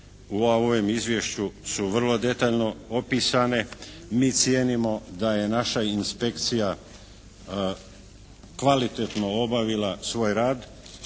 U ovom izvješću su vrlo detaljno opisane. Mi cijenimo da je naša inspekcija kvalitetno obavila svoj rad,